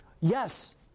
yes